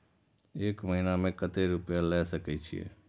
एक महीना में केते रूपया ले सके छिए?